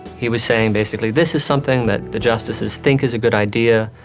he was saying, basically, this is something that the justices think is a good idea.